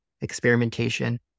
experimentation